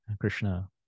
Krishna